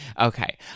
Okay